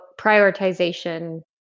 prioritization